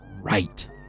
right